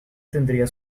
tendría